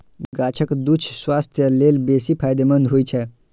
गाछक दूछ स्वास्थ्य लेल बेसी फायदेमंद होइ छै